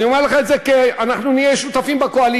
אני אומר לך את זה כי אנחנו נהיה שותפים בקואליציה.